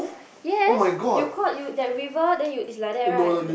yes you cross you the river then is like that right